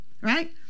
right